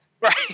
Right